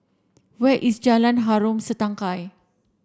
where is Jalan Harom Setangkai